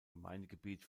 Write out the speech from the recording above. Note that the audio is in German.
gemeindegebiet